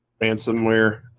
ransomware